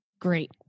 great